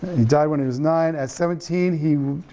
he died when he was nine, at seventeen, he